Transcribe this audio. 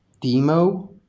demo